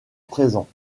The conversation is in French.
présents